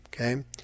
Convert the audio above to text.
Okay